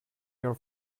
your